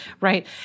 right